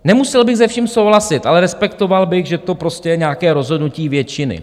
Nemusel bych se vším souhlasit, ale respektoval bych, že to prostě je nějaké rozhodnutí většiny.